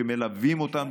שמלווים אותם,